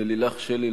ללילך שלי,